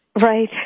Right